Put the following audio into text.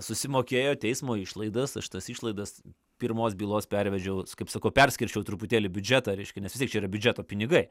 susimokėjo teismo išlaidas šitas išlaidas pirmos bylos pervedžiau kaip sakau perskirčiau truputėlį biudžetą reiška nes vis tiek čia yra biudžeto pinigai